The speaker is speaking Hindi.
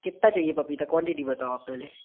कितना चाहिए पपीता क्वांटिटी बताओ आप पहले